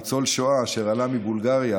ניצול שואה אשר עלה מבולגריה